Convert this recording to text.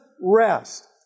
rest